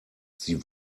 sie